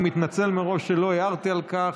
אני מתנצל מראש שלא הערתי על כך.